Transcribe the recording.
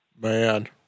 man